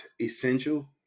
essential